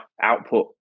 output